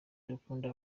dukunda